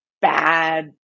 bad